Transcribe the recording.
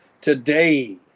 Today